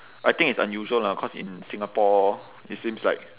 I think it's unusual lah cause in singapore it seems like